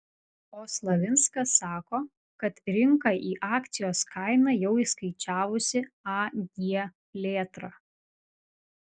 o slavinskas sako kad rinka į akcijos kainą jau įskaičiavusi ag plėtrą